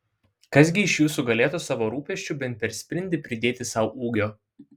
kas gi iš jūsų galėtų savo rūpesčiu bent per sprindį pridėti sau ūgio